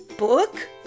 book